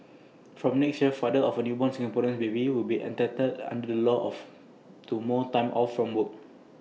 from next year fathers of newborn Singaporean babies will be entitled under the law to more time off from work